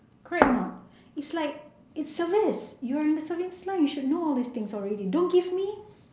correct or not it's like it's service you are in the service line you should know all these things already don't give me